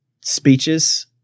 speeches